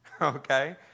Okay